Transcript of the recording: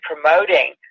promoting